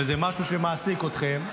וזה משהו שמעסיק אתכם,